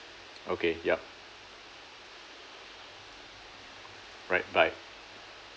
okay yup right bye